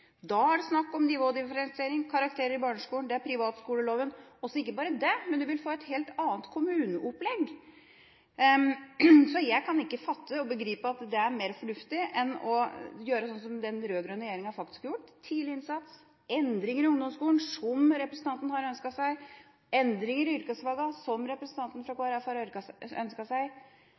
Da er det snakk om nivådifferensiering, karakterer i barneskolen, privatskoleloven, og ikke bare det, du vil få et helt annet kommuneopplegg. Jeg kan ikke fatte og begripe at det er mer fornuftig enn å gjøre slik som den rød-grønne regjeringa faktisk har gjort: tidlig innsats, endringer i ungdomsskolen, som representanten har ønsket seg, endringer i yrkesfagene, som representanten fra Kristelig Folkeparti har ønsket seg.